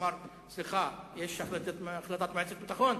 הוא אמר: סליחה, יש החלטת מועצת הביטחון?